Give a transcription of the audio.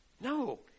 no